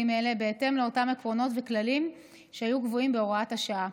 אלה בהתאם לאותם עקרונות וכללים שהיו קבועים בהוראת השעה.